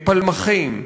פלמחים,